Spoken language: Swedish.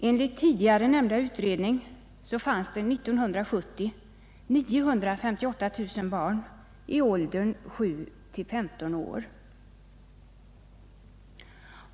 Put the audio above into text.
Enligt den tidigare nämnda utredningen fanns det 1970 958 000 barn i åldern 7—15 år.